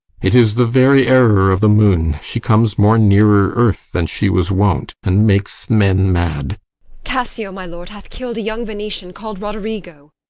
it is the very error of the moon she comes more nearer earth than she was wont and makes men mad cassio, my lord, hath kill'd a young venetian call'd roderigo.